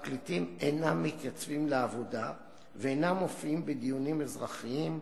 הפרקליטים אינם מתייצבים לעבודה ואינם מופיעים בדיונים אזרחיים,